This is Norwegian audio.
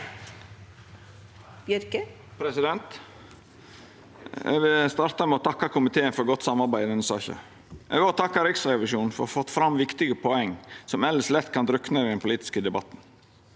Eg vil starta med å takka komiteen for godt samarbeid i denne saka. Eg vil òg takka Riksrevisjonen for å ha fått fram viktige poeng som elles lett kan drukna i den politiske debatten.